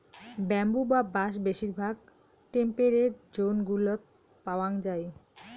bamboo বা বাঁশ বেশিরভাগ টেম্পেরেট জোন গুলোত পাওয়াঙ যাই